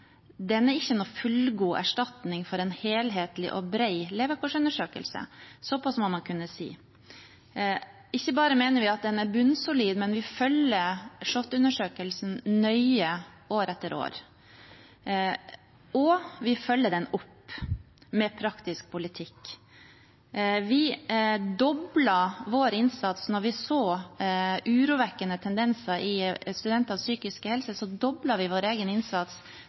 den er ikke noen fullgod erstatning for en helhetlig og bred levekårsundersøkelse. Såpass må man kunne si. Ikke bare mener vi den er bunnsolid, men vi følger SHoT-undersøkelsen nøye år etter år. Og vi følger den opp med praktisk politikk. Da vi så urovekkende tendenser i studentenes psykiske helse, doblet vi vår egen innsats